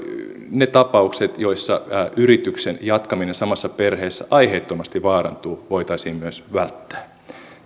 ne tapaukset joissa yrityksen jatkaminen samassa perheessä aiheettomasti vaarantuu voitaisiin myös välttää